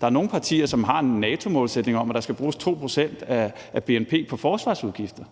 Der er nogle partier, som har en NATO-målsætning om, at der skal bruges 2 pct. af bnp på forsvarsudgifter.